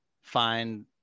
find